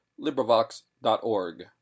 LibriVox.org